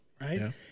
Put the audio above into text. right